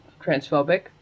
transphobic